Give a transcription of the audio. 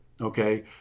Okay